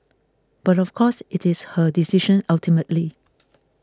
but of course it is her decision ultimately